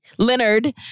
Leonard